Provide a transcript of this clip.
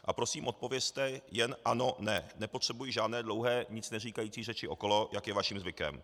A prosím odpovězte jen ano ne, nepotřebuji žádné dlouhé nic neříkající řeči okolo, jak je vaším zvykem.